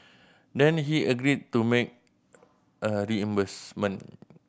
then he agreed to make a reimbursement